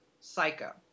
Psycho